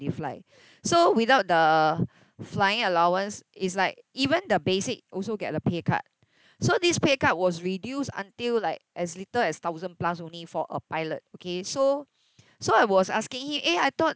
they fly so without the flying allowance is like even the basic also get the pay cut so this pay cut was reduced until like as little as thousand plus only for a pilot okay so so I was asking him eh I thought